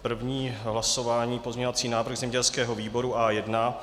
První hlasování, pozměňovací návrh zemědělského výboru A1.